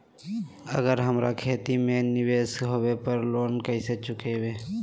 अगर हमरा खेती में निवेस होवे पर लोन कैसे चुकाइबे?